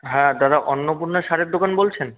হ্যাঁ দাদা অন্নপূর্ণা সারের দোকান বলছেন